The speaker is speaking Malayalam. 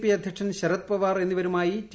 പി അധ്യക്ഷൻ ശരത് പവ്വാർ എന്നിവരുമായി ടി